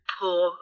poor